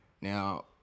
Now